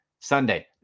Sunday